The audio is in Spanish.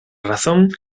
razón